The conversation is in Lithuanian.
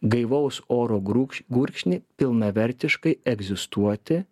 gaivaus oro grūkš gurkšnį pilnavertiškai egzistuoti